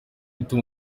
ituma